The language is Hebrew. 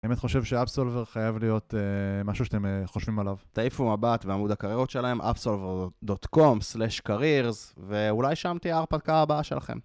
אני באמת חושב שאפסולבר חייב להיות משהו שאתם חושבים עליו. תעיפו מבט בעמוד הקריירות שלהם, upsolver.com/careers. ואולי שם תהיה ההרפתקה הבאה שלכם.